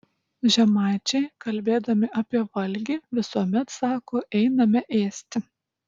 žemaičiai kalbėdami apie valgį visuomet sako einame ėsti